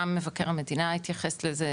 גם מבקר המדינה התייחס לזה,